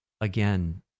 again